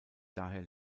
daher